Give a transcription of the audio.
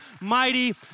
mighty